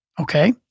okay